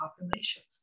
populations